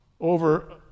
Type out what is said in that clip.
over